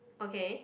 okay